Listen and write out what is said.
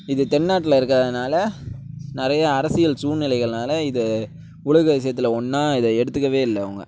இது தென் நாட்ல இருக்கிறதுனால நிறையா அரசியல் சூழ்நிலைகள்னால இதை உலக அதிசயத்தில் ஒன்னாக இதை எடுத்துக்கவே இல்லை அவங்க